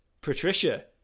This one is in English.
patricia